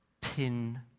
Pin